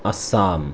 Assam